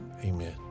amen